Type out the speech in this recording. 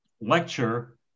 lecture